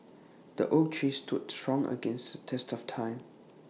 the oak tree stood strong against the test of time